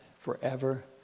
forever